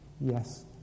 yes